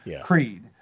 creed